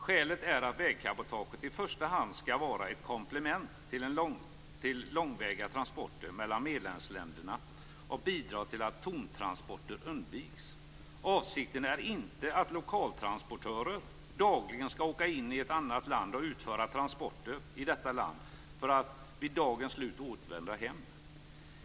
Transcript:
Skälet är att vägcabotaget i första hand skall vara ett komplement till långväga transporter mellan medlemsländerna och bidra till att tomtransporter undviks. Avsikten är inte att lokaltransportörer dagligen skall åka in i ett annat land och utföra transporter i detta land för att vid dagens slut återvända hem.